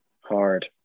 hard